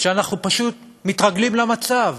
שאנחנו פשוט מתרגלים למצב,